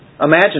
Imagine